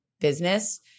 business